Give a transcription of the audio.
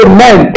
Amen